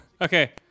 Okay